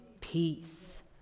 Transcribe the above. peace